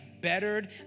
bettered